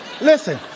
listen